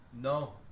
No